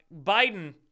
Biden